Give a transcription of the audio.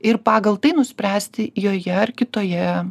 ir pagal tai nuspręsti joje ar kitoje